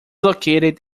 located